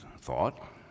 thought